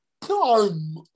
time